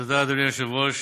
תודה, אדוני היושב-ראש.